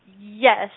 Yes